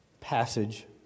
passage